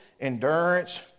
endurance